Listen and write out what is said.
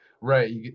Right